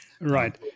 Right